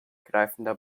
greifender